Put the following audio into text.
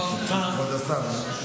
כבוד השר.